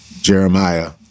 Jeremiah